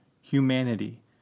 humanity